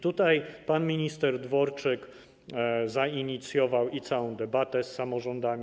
Tutaj pan minister Dworczyk zainicjował całą debatę z samorządami.